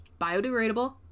Biodegradable